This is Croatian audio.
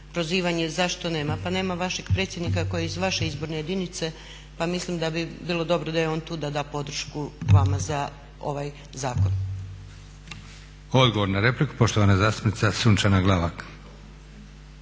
prozivanje zašto nema? Pa nema vašeg predsjednika koji je iz vaše izborne jedinice pa mislim da bi bilo dobro da je on tu da da podršku vama za ovaj zakon. **Leko, Josip (SDP)** Odgovor na repliku, poštovana zastupnica Sunčana Glavak.